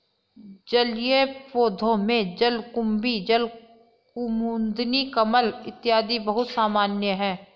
जलीय पौधों में जलकुम्भी, जलकुमुदिनी, कमल इत्यादि बहुत सामान्य है